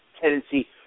tendency